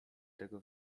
tego